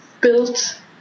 built